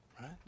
Right